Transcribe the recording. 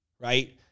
right